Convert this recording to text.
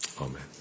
Amen